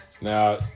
Now